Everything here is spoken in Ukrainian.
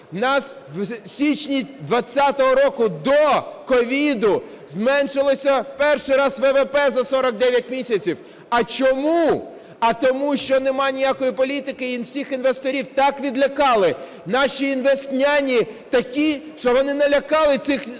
нас в січні 20-го року, до COVID, зменшилося в перший раз ВВП за 49 місяців. А чому? А тому що немає ніякої політики і всіх інвесторів так відлякали, наші "інвестняні" такі, що вони налякали цих "інвестдітей",